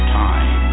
time